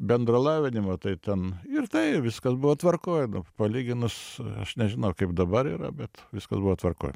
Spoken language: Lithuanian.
bendro lavinimo tai ten ir tai viskas buvo tvarkoj nu palyginus aš nežinau kaip dabar yra bet viskas buvo tvarkoj